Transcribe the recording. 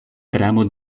dramo